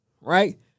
right